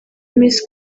miss